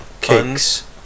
cakes